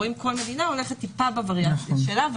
רואים שכל מדינה הולכת טיפה בווריאנטים שלה,